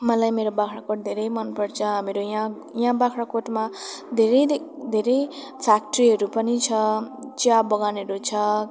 मलाई मेरो बाख्राकोट धेरै मनपर्छ हामीहरू यहाँ यहाँ बाख्राकोटमा धेरै देक धेरै फ्याक्ट्रीहरू पनि छ चियाबगानहरू छ